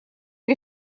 при